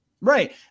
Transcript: right